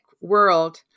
world